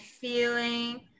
feeling